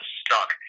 stuck